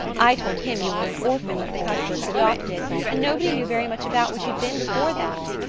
i told him you were an orphan that the cuthberts adopted, and nobody knew very much about what you'd been before that.